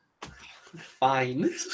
Fine